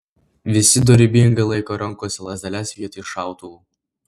visi dorybingai laiko rankose lazdeles vietoj šautuvų